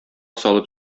салып